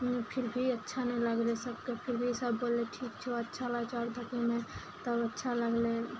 फिर भी अच्छा नहि लागलइ सबके फिर भी सब बोललइ ठीक छौ अच्छा लागय छौ आओर मे तब अच्छा लागलइ